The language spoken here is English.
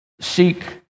seek